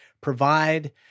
provide